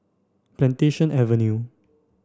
Plantation Avenue